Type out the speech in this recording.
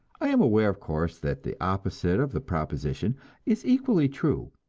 i am aware, of course, that the opposite of the proposition is equally true.